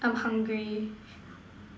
I'm hungry